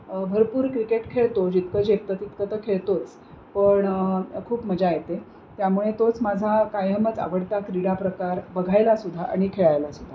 भरपूर क्रिकेट खेळतो जितकं झेपतं तितकं तर खेळतोच पण खूप मजा येते त्यामुळे तोच माझा कायमच आवडता क्रीडा प्रकार बघायला सुद्धा आणि खेळायला सुद्धा